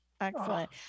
excellent